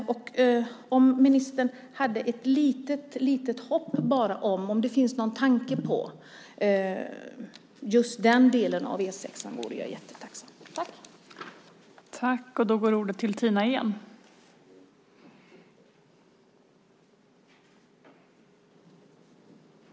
Om ministern har ett litet hopp eller om det finns någon tanke om den delen av E 6 vore jag tacksam att få ta del av dem.